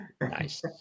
Nice